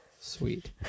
Sweet